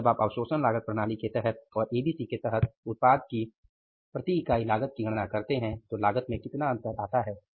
और जब आप अवशोषण लागत प्रणाली के तहत और एबीसी के तहत उत्पाद की प्रति इकाई लागत की गणना करते हैं तो लागत में कितना अंतर आता है